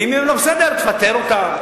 ואם הם לא בסדר תפטר אותם,